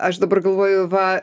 aš dabar galvoju va